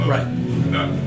Right